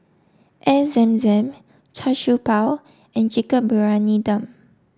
Air Zam Zam Char Siew Bao and Chicken Briyani Dum